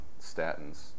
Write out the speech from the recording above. statins